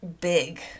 big